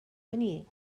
whinnying